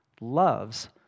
loves